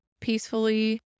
peacefully